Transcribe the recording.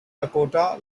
dakota